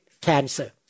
cancer